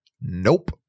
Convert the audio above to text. Nope